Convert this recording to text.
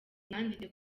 mwanditse